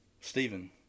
Stephen